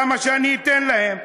למה שאני אתן להם?